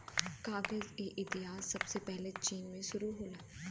कागज क इतिहास सबसे पहिले चीन से शुरु होला